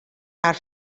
haar